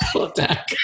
attack